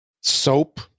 Soap